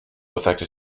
affected